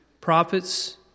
prophets